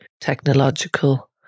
technological